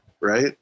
Right